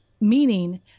meaning